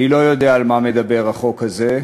אני לא יודע על מה מדבר החוק הזה.